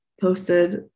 posted